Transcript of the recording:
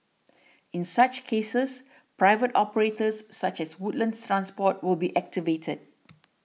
in such cases private operators such as Woodlands Transport will be activated